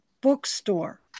bookstore